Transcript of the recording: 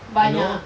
banyak